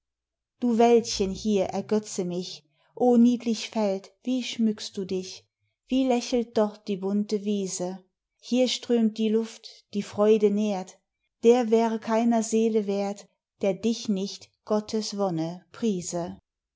du wäldchen hier ergötze mich o niedlich feld wie schmückst du dich wie lächelt dort die bunte wiese hier strömt die luft die freude nährt der wäre keiner seele wert der dich nicht gottes wonne priese